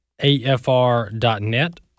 afr.net